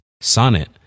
Sonnet